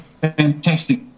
fantastic